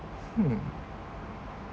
hmm